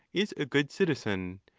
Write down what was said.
is a good citizen.